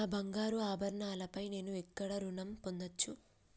నా బంగారు ఆభరణాలపై నేను ఎక్కడ రుణం పొందచ్చు?